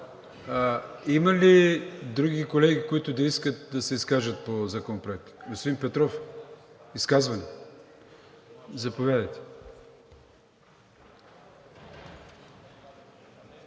Има ли други колеги, които да искат да се изкажат по Законопроекта? Господин Петров, изказване? (Реплика